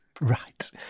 Right